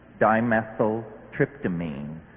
dimethyltryptamine